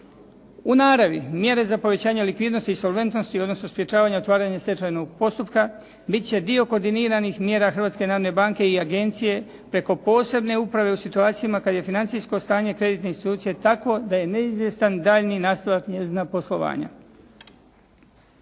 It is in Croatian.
U naravi, mjere za povećanje likvidnosti i solventnosti, odnosno sprječavanja otvaranja stečajnog postupka bit će dio koordiniranih mjera Hrvatske narodne banke i agencije preko posebne uprave u situacijama kad je financijsko stanje kreditne institucije takvo da je neizvjestan daljnji nastavak njezina poslovanja.